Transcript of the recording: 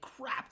crap